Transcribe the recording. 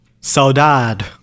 saudade